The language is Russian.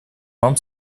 вам